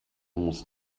muss